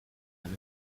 eine